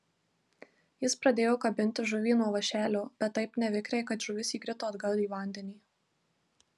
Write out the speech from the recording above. jis pradėjo kabinti žuvį nuo vąšelio bet taip nevikriai kad žuvis įkrito atgal į vandenį